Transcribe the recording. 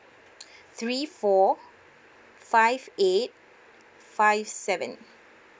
three four five eight five seven